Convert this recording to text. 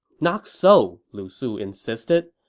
not so, lu su insisted.